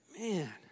Man